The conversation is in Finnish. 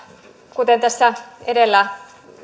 kuten tässä edellä puhuneet